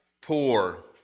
poor